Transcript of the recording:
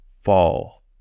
fall